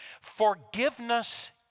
Forgiveness